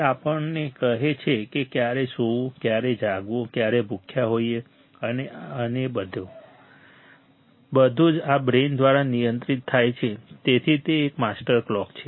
તે આપણને કહે છે કે ક્યારે સૂવું ક્યારે જાગવું ક્યારે ભૂખ્યા હોઈએ આ અને તે બધું જ આ બ્રેઇન દ્વારા નિયંત્રિત થાય છે તેથી તે એક માસ્ટર ક્લોક છે